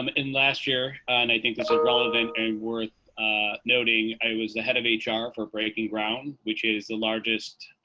um and last year, and i think that's relevant and worth noting. i was the head of ah hr for breaking ground which is the largest